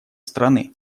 страны